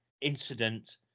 incident